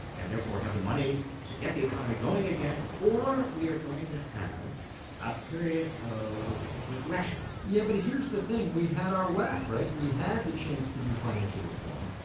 and therefore, have the money to get the economy going again. or we are going to have a period of regression yeah, but here's the thing we had our wack, right? we had the chance to do financial reform,